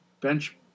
bench